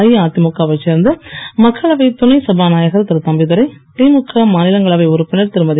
அஇஅதிமுக வைச் சேர்ந்த மக்களவைத் துணை சபாநாயகர் திரு தம்பிதுரை திமுக மாநிலங்களவை உறுப்பினர் திருமதி